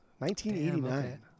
1989